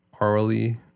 orally